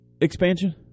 expansion